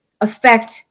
affect